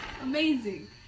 amazing